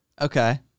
Okay